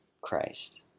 Christ